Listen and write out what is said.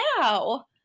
now